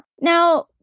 Now